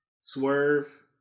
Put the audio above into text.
Swerve